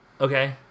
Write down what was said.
Okay